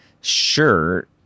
sure